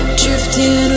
drifting